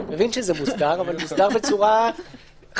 אני מבין שזה מוסדר, אבל מוסדר בצורה חסרה.